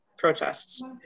protests